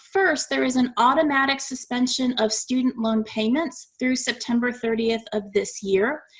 first, there is an automatic suspension of student loan payments through september thirty of this year.